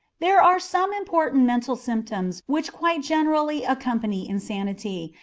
there are some important mental symptoms which quite generally accompany insanity,